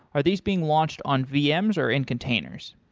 are these being launched on vms or in containers?